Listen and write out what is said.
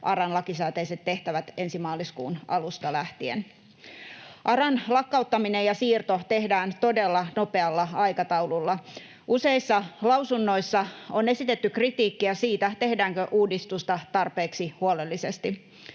ARAn lakisääteiset tehtävät ensi maaliskuun alusta lähtien. ARAn lakkauttaminen ja siirto tehdään todella nopealla aikataululla. Useissa lausunnoissa on esitetty kritiikkiä siitä, tehdäänkö uudistusta tarpeeksi huolellisesti.